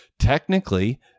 Technically